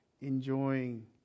enjoying